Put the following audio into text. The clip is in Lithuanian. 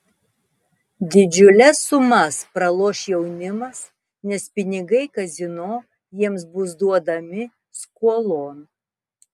didžiules sumas praloš jaunimas nes pinigai kazino jiems bus duodami skolon